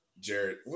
Jared